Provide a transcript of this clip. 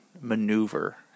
maneuver